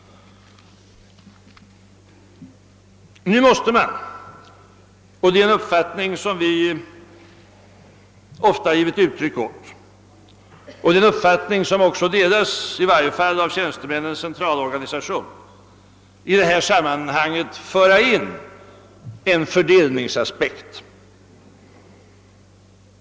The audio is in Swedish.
Nu måste man — det är en uppfattning som vi ofta givit uttryck åt och det är en uppfattning som delas av i varje fall Tjänstemännens centralorganisation — i detta sammanhang föra in en fördelningsaspekt.